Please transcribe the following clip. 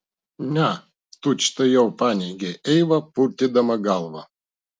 ne tučtuojau paneigė eiva purtydama galvą